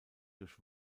durch